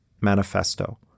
manifesto